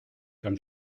comme